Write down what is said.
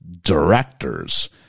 directors